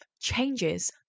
changes